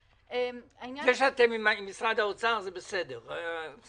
זה שאתם עם משרד האוצר, זה בסדר.